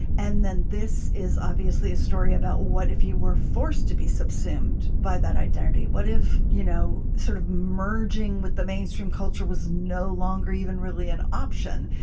and then this is obviously a story about what if you were forced to be subsumed by that identity? what if, you know, sort of merging with the mainstream culture was no longer even really an option?